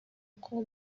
uko